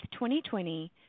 2020